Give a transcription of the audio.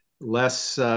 Less